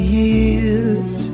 years